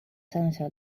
senator